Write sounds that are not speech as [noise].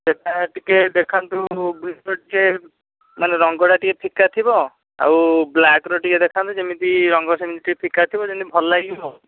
ସେଇଟା ଟିକିଏ ଦେଖାନ୍ତୁ [unintelligible] ମାନେ ରଙ୍ଗଟା ଟିକିଏ ଫିକା ଥିବ ଆଉ ବ୍ଲାକ୍ର ଟିକିଏ ଦେଖାନ୍ତୁ ଯେମତି ରଙ୍ଗ ସେମିତି ଫିକା ଥିବ ଯେମତି ଭଲ ଲାଗିବ